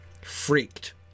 freaked